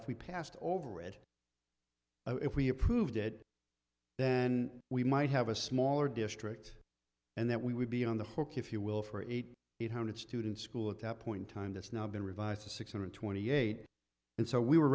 if we passed over it if we approved it then we might have a smaller district and that we would be on the hook if you will for eight hundred students school at that point time that's now been revised to six hundred twenty eight and so we were